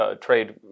trade